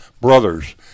brothers